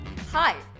Hi